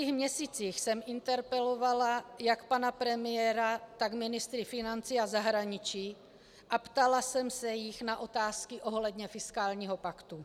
V minulých měsících jsem interpelovala jak pana premiéra, tak ministry financí a zahraničí a ptala jsem se jich na otázky ohledně fiskálního paktu.